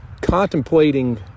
contemplating